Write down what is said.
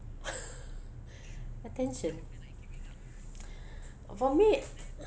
attention for me